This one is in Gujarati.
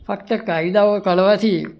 ફક્ત કાયદાઓ કાઢવાથી